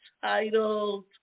titled